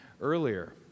earlier